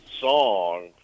song